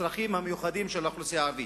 לצרכים המיוחדים של האוכלוסייה הערבית,